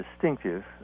distinctive